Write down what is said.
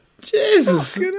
Jesus